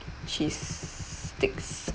cheese sticks